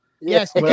Yes